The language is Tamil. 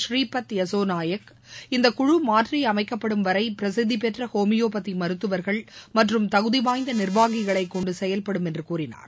புரீபத் யெஸ்ஸோ நாயக் இந்த குழு மாற்றியமைக்கப்படும் வரை பிரசித்தி பெற்ற ஹோமியோபதி மருத்துவர்கள் மற்றும் தகுதிவாய்ந்த நிர்வாகிகளை கொண்டு செயல்படும் என்று கூறினார்